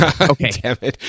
Okay